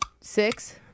six